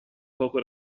poco